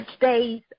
days